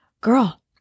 Girl